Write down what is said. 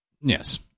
Yes